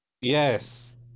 Yes